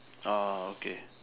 orh okay